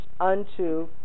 unto